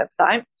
website